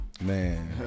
Man